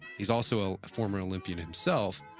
he's also a former olympian himself,